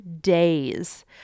days